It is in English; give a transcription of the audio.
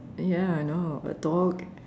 ya I know a dog